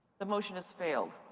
the motion has failed.